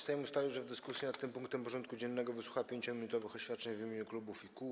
Sejm ustalił, że w dyskusji nad tym punktem porządku dziennego wysłucha 5-minutowych oświadczeń w imieniu klubów i kół.